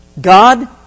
God